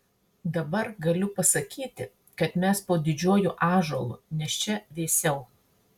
dabar galiu pasakyti kad mes po didžiuoju ąžuolu nes čia vėsiau